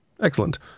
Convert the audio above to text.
Excellent